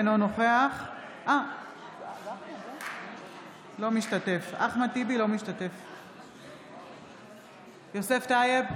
לא משתתף יוסף טייב,